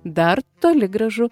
dar toli gražu